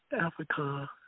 Africa